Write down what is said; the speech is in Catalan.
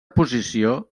posició